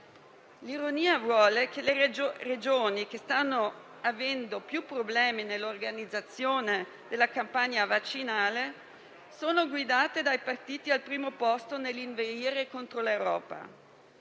L'ironia vuole che le Regioni che stanno avendo maggiori problemi nell'organizzazione della campagna vaccinale siano guidate dai partiti al primo posto nell'inveire contro l'Europa.